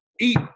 eat